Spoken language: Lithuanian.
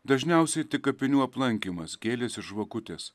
dažniausiai tik kapinių aplankymas gėlės ir žvakutės